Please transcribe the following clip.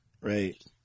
right